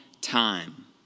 time